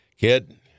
Kid